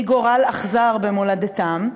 מגורל אכזר במולדתם,